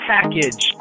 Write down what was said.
Package